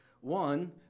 one